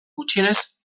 gutxienez